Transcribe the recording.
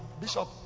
Bishop